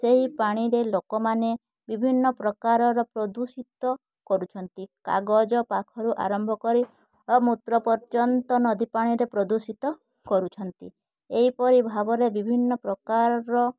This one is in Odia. ସେହି ପାଣିରେ ଲୋକମାନେ ବିଭିନ୍ନ ପ୍ରକାରର ପ୍ରଦୂଷିତ କରୁଛନ୍ତି କାଗଜ ପାଖୁରୁ ଆରମ୍ଭ କରି ଅ ମୂତ୍ର ପର୍ଯ୍ୟନ୍ତ ନଦୀ ପାଣିରେ ପ୍ରଦୂଷିତ କରୁଛନ୍ତି ଏଇପରି ଭାବରେ ବିଭିନ୍ନ ପ୍ରକାରର